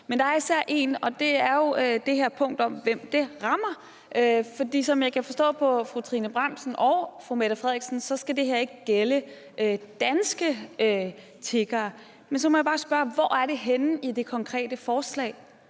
Men der er især en, og det er jo det her punkt om, hvem det rammer. For som jeg kan forstå på fru Trine Bramsen og fru Mette Frederiksen, skal det her ikke gælde danske tiggere. Men så må jeg bare spørge: Hvor er det i det konkrete forslag,